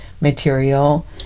material